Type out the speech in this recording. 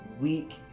weak